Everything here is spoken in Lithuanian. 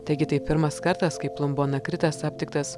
taigi tai pirmas kartas kai plombonakritas aptiktas